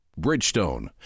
Bridgestone